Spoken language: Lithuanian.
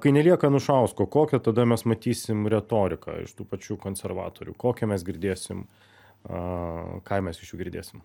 kai nelieka anušausko kokią tada mes matysim retoriką iš tų pačių konservatorių kokią mes girdėsim a ką mes iš jų girdėsim